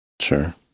Sure